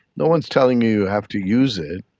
no one is telling you you have to use it,